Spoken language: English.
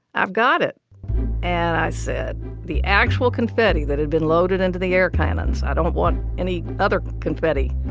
i've got it and i said the actual confetti that had been loaded into the air. highland's. i don't want any other confetti.